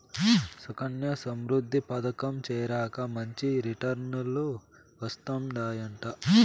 సుకన్యా సమృద్ధి పదకంల చేరాక మంచి రిటర్నులు వస్తందయంట